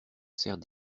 sert